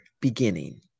beginning